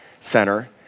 Center